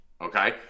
okay